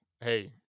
hey